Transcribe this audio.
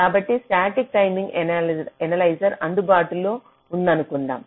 కాబట్టి static timing analyser అందుబాటులో ఉందనుకుందాం